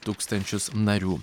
tūkstančius narių